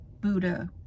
Buddha